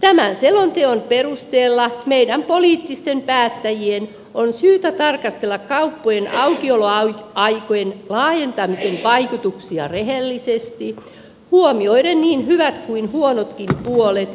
tämän selonteon perusteella meidän poliittisten päättäjien on syytä tarkastella kauppojen aukioloaikojen laajentamisen vaikutuksia rehellisesti huomioiden niin hyvät kuin huonotkin puolet